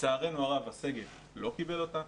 לצערנו הרב הסגל לא קיבל אותה.